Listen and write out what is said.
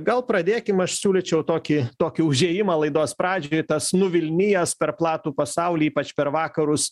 gal pradėkim aš siūlyčiau tokį tokį užėjimą laidos pradžioj tas nuvilnijęs per platų pasaulį ypač per vakarus